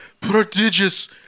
prodigious